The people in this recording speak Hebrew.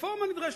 הרפורמה נדרשת.